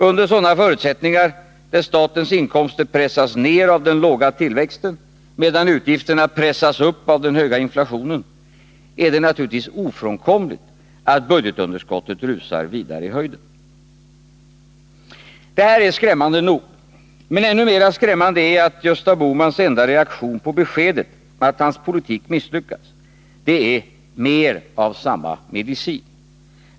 Under sådana förutsättningar, där statens inkomster pressas ner av den låga tillväxten, medan utgifterna pressas upp av den höga inflationen, är det naturligtvis ofrånkomligt att budgetunderskottet snabbt fortsätter att öka. Detta är skrämmande nog. Men ännu mera skrämmande är att Gösta tiska åtgärder tiska åtgärder Bohmans enda reaktion på beskedet att hans politik misslyckats är — mer av samma medicin!